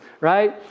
right